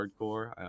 hardcore